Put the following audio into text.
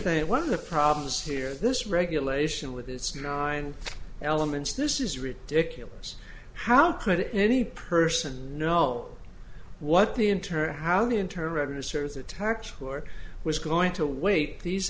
say one of the problems here this regulation with this nine elements this is ridiculous how could any person know what the inter how the internal revenue service attacked or was going to wait these